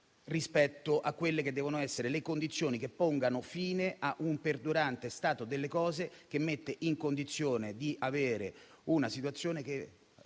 rispetto a quelle che devono essere le condizioni che pongano fine a un perdurante stato delle cose che mette in condizione di avere una situazione che